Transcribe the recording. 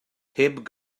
heb